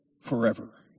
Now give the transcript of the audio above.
forever